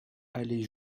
allée